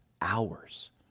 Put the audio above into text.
hours